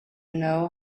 know